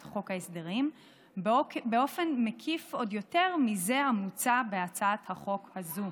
חוק ההסדרים באופן מקיף עוד יותר מזה המוצע בהצעת החוק הזו.